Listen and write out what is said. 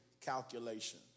calculation